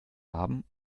haben